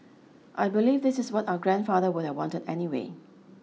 I believe this is what our grandfather would have wanted anyway